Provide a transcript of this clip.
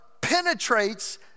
penetrates